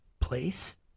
place